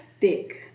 thick